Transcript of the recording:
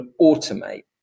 automate